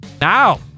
Now